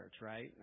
right